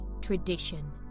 Tradition